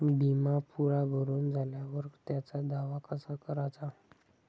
बिमा पुरा भरून झाल्यावर त्याचा दावा कसा कराचा?